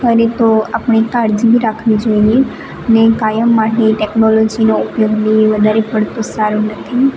અરે તો આપણે કાળજીબી રાખવી જોઈએ ને કાયમ માટે ટેકનોલોજીનો ઉપયોગ બી વધારે પળતો સારો નથી